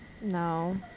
No